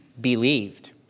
Believed